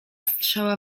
strzała